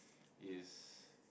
is